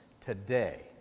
Today